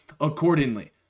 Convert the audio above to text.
accordingly